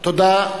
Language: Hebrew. תודה.